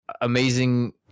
amazing